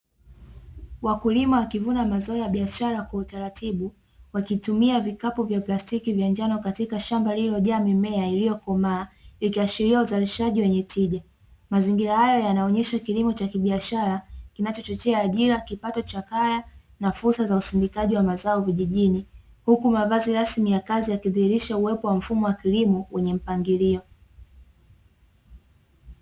Wakulima wakivuna mazao ya biashara kwa utaratibu wakitumia vikapu vya plastiki vya njano katika shamba lililojaa mimea iliyokomaa, ikiashiria uzalishaji wenye tija mazingira hayo yanaonyesha kilimo cha kibiashara; kinachochochea ajira kipato cha kaya na fursa za usindikaji wa mazao vijijini, huku mavazi rasmi ya kazi yakidhihirisha uwepo wa mfumo wa kilimo wenye mpangilio.